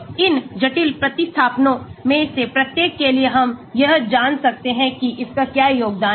तो इन जटिल प्रतिस्थापनों में से प्रत्येक के लिए हम यह जान सकते हैं कि इसका क्या योगदान है